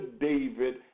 David